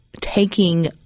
taking